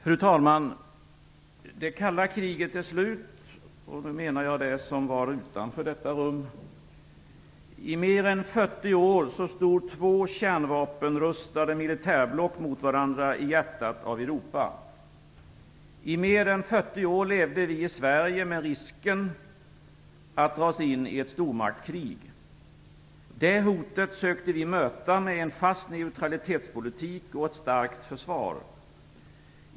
Fru talman! Det kalla kriget är slut - jag syftar på det som var utanför detta rum. I mer än 40 år stod två kärnvapenrustade militärblock mot varandra i hjärtat av Europa. I mer än 40 år levde vi i Sverige med risken att dras in i ett stormaktskrig. Det hotet sökte vi möta med en fast neutralitetspolitik och ett starkt försvar.